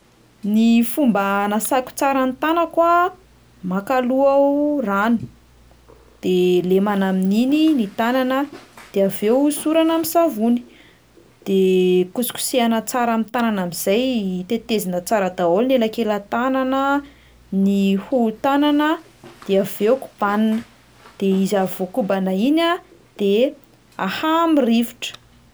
Ny fomba hanasako tsara ny tanako a: maka aloha aho rano, de lemana amin'iny ny tanana de avy eo hosorana amin'ny savony, de kosokosehana tsara amin'ny tanana amin'izay, tetezina tsara daholo ny elankelan-tanana, ny hohon-tanana de avy eo kobanina, de izy avy voakobana iny a de ahaha amin'ny rivotra.